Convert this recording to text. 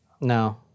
No